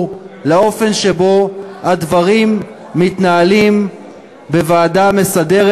לאופן שבו הדברים מתנהלים בוועדה המסדרת.